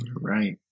Right